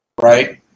Right